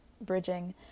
bridging